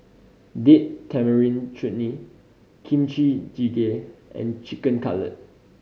Date Tamarind Chutney Kimchi Jjigae and Chicken Cutlet